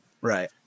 Right